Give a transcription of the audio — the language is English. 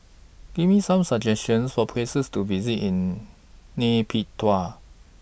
Give Me Some suggestions For Places to visit in Nay Pyi Taw